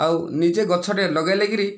ଆଉ ନିଜେ ଗଛଟିଏ ଲଗେଇଲେ କରି